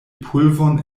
polvon